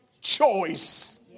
choice